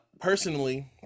personally